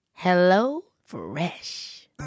HelloFresh